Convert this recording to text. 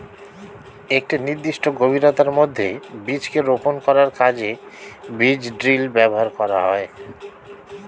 একটি নির্দিষ্ট গভীরতার মধ্যে বীজকে রোপন করার কাজে বীজ ড্রিল ব্যবহার করা হয়